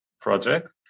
project